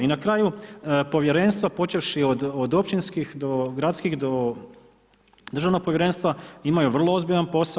I na kraju, Povjerenstvo počevši od općinskih do gradskih, do državnog povjerenstva, imaju vrlo ozbiljan posao.